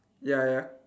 ya ya